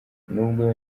nubwo